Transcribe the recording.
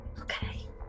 Okay